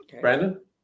Brandon